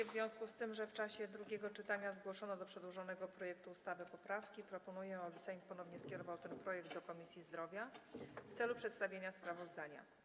W związku z tym, że w czasie drugiego czytania zgłoszono do przedłożonego projektu ustawy poprawki, proponuję, aby Sejm ponownie skierował ten projekt do Komisji Zdrowia w celu przedstawienia sprawozdania.